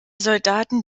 soldaten